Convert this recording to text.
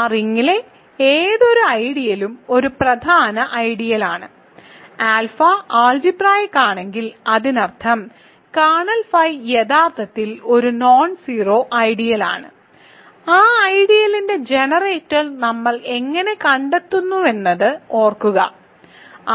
ആ റിങിലെ ഏതൊരു ഐഡിയലും ഒരു പ്രധാന ഐഡിയലാണ് ആൽഫ ആൾജിബ്രായിക്ക് ആണെങ്കിൽ അതിനർത്ഥം കേർണൽ ഫൈ യഥാർത്ഥത്തിൽ ഒരു നോൺജെറോ ഐഡിയലാണ് ആ ഐഡിയലിന്റെ ജനറേറ്റർ നമ്മൾ എങ്ങനെ കണ്ടെത്തുന്നുവെന്നത് ഓർക്കുക